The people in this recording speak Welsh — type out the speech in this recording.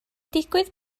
digwydd